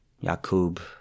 Yakub